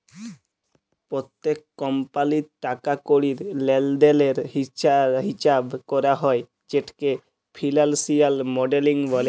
প্যত্তেক কমপালির টাকা কড়ির লেলদেলের হিচাব ক্যরা হ্যয় যেটকে ফিলালসিয়াল মডেলিং ব্যলে